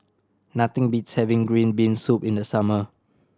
nothing beats having green bean soup in the summer